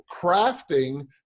crafting